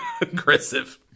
aggressive